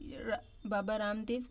Baba Ramdev